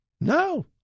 No